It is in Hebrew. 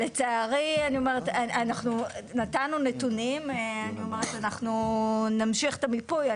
אנחנו נתנו נתונים, אנחנו נמשיך את המיפוי.